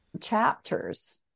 chapters